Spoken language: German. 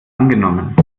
angenommen